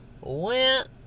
went